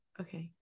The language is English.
Okay